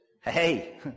Hey